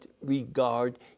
regard